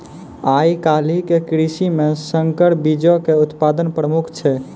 आइ काल्हि के कृषि मे संकर बीजो के उत्पादन प्रमुख छै